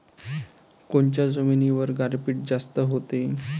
कोनच्या जमिनीवर गारपीट जास्त व्हते?